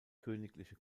königliche